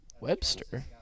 Webster